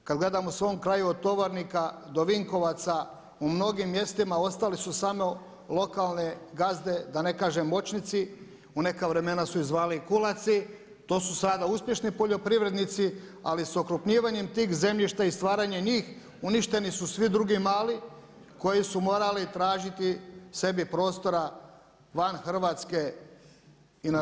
Kad gledamo u svom kraju od Tovarnika do Vinkovcima u mnogim mjestima ostali su samo lokalne gazde da ne kažem moćnici, u neka vremena su ih zvali kulaci, to su sada uspješni poljoprivrednici, ali sa okrupnjivanjem tih zemljišta i stvaranjem njih, uništeni su svi dugi mali koji su morali tražiti sebi prostora van Hrvatske i na zapad.